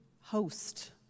host